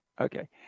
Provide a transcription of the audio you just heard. Okay